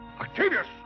Octavius